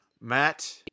Matt